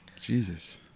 Jesus